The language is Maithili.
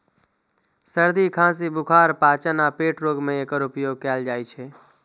सर्दी, खांसी, बुखार, पाचन आ पेट रोग मे एकर उपयोग कैल जाइ छै